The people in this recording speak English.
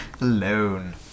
Alone